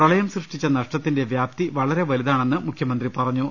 പ്രളയം സൃഷ്ടിച്ച നഷ്ടത്തിന്റെ വൃാപ്തി വളരെ വലുതാ ണെന്ന് മുഖ്യമന്ത്രി പറഞ്ഞു